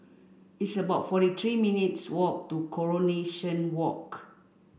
it's about forty three minutes' walk to Coronation Walk